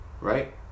right